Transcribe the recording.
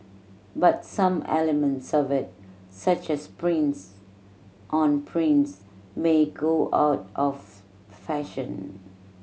but some elements such as prints on prints may go out of fashion